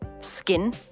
skin